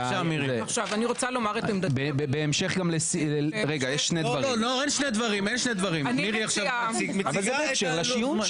סעיף חדש, 8ד', שהקראתי אותו לפרוטוקול,